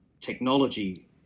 technology